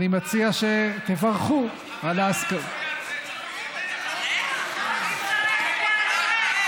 אני מציע שתברכו על, אבל למה, באמת?